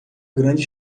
grande